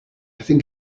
think